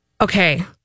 okay